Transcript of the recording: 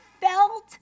felt